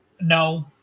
no